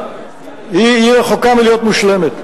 היא רחוקה מלהיות מושלמת.